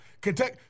Kentucky